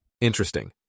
Interesting